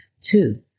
Two